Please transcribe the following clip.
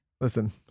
Listen